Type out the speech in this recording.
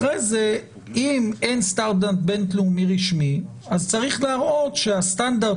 אחרי זה אם אין סטנדרט בין-לאומי רשמי אז צריך להראות שהסטנדרט